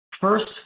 First